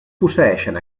posseeixen